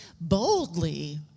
boldly